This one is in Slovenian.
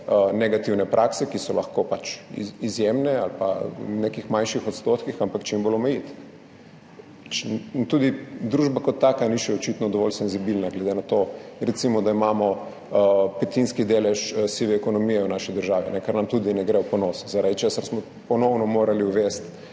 negativne prakse, ki so lahko izjemne ali pa v nekih manjših odstotkih, čim bolj omejili. In tudi družba kot taka očitno še ni dovolj senzibilna, glede na to, recimo, da imamo petinski delež sive ekonomije v naši državi, kar nam tudi ni v ponos, zaradi česar smo morali ponovno uvesti